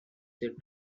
said